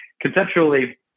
conceptually